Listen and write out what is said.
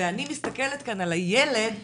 ואני מסתכלת כאן על הילד כפרט.